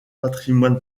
patrimoine